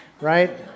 right